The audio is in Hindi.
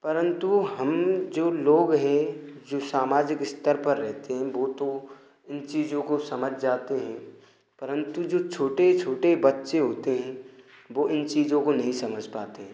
परंतु हम जो लोग हैं जो सामाजिक स्तर पर रहते हैं वो तो इन चीज़ों को समझ जाते हैंपरंतु जो छोटे छोटे बच्चे होते हैं वो इन चीज़ों को समझ नहीं पाते